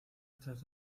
otras